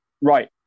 Right